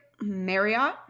Marriott